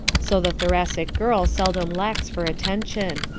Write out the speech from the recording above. so the thoracic girl seldom lacks for attention.